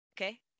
okay